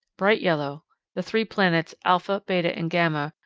bright yellow the three planets, alpha, beta and gamma,